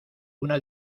una